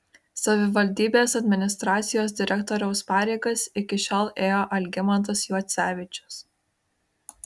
savivaldybės administracijos direktoriaus pareigas iki šiol ėjo algimantas juocevičius